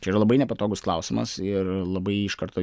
čia yra labai nepatogus klausimas ir labai iš karto